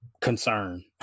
concern